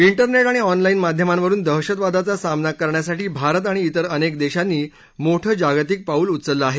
िडरनेट आणि ऑनलाईन माध्यमांवरुन दहशतवादाचा सामना करण्यासाठी भारत आणि विर अनेक देशांनी मोठं जागतिक पाऊल उचललं आहे